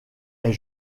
est